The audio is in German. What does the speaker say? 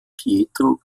pietro